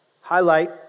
highlight